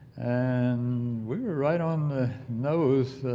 and we were right on the nose